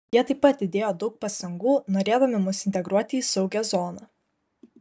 jie taip pat įdėjo daug pastangų norėdami mus integruoti į saugią zoną